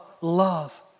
love